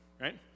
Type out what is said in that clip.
right